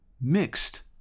mixed